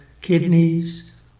kidneys